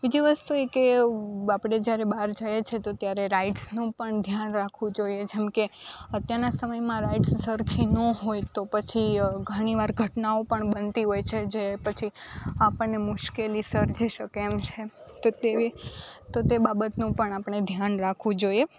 બીજી વસ્તુ એ કે આપણે જ્યારે બહાર જઈએ છીએ તો ત્યારે રાઇડ્સનું પણ ધ્યાન રાખવું જોઈએ જેમકે અત્યારના સમયમાં રાઇડ્સ સરખી ન હોય તો પછી ઘણી વાર ઘટનાઓ પણ બનતી હોય છે જે પછી આપણને મુશ્કેલી સર્જી શકે એમ છે કે તેવી તો તે બાબતનું પણ આપણે ધ્યાન રાખવું જોઈએ